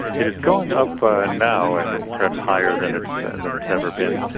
it is going up ah and now and and perhaps higher than it's than it's ever been.